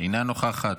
אינה נוכחת,